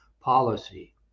policy